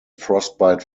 frostbite